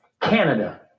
Canada